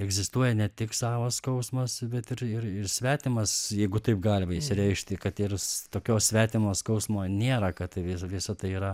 egzistuoja ne tik savo skausmas bet ir ir ir svetimas jeigu taip galima išsireikšti kad ir tokio svetimo skausmo nėra kad tai visa tai yra